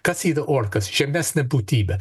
kas yra orkas žemesnė būtybė